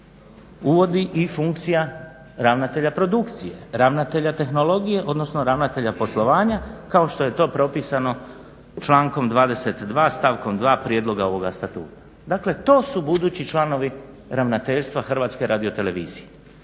uvodi i funkcija ravnatelja produkcije, ravnatelja tehnologije, odnosno ravnatelja poslovanja kao što je to propisano člankom 22. stavkom 2. prijedloga ovoga Statuta. Dakle, to su budući članovi Ravnateljstva Hrvatske radiotelevizije.